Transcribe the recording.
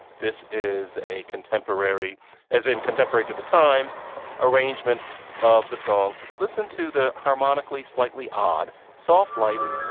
this is a contemporary as in contemporary to the time arrangement of the song. listen to the harmonically slightly odd soft lights